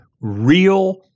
real